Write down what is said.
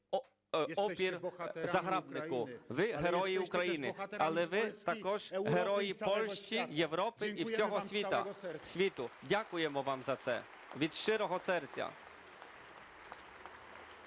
опір загарбнику. Ви – герої України, але ви також герої Польщі, Європи і всього світу. Дякуємо вам за це від щирого серця.